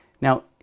Now